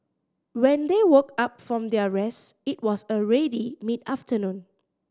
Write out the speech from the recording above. when they woke up from their rest it was already mid afternoon